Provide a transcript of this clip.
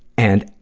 and,